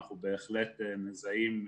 אנחנו בהחלט מזהים,